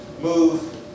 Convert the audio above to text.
move